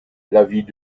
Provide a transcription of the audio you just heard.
l’avis